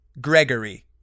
Gregory